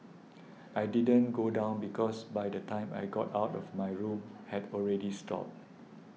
I didn't go down because by the time I got out of my room had already stopped